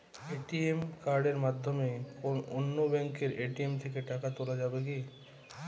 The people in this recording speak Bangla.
এ.টি.এম কার্ডের মাধ্যমে অন্য ব্যাঙ্কের এ.টি.এম থেকে টাকা তোলা যাবে কি?